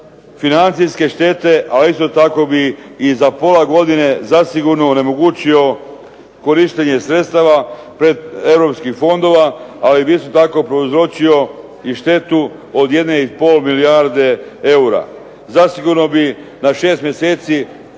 financijske štete, ali isto tako bi i za pola godina zasigurno onemogućio korištenje sredstava europskih fondova ali bi isto tako prouzročio i štetu od jedne i pol milijarde eura. Zasigurno bi na šest mjeseci